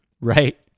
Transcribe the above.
right